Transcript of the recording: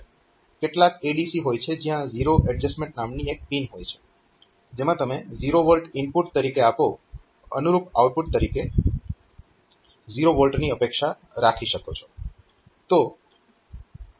કેટલાક ADC હોય છે જયાં ઝીરો એડજસ્ટમેન્ટ નામની એક પિન હોય છે જેમાં તમે 0 V ઇનપુટ તરીકે આપો તો અનુરૂપ આઉટપુટ તરીકે 0 V ની અપેક્ષા રાખી શકો છો